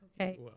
Okay